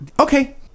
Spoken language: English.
okay